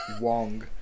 Wong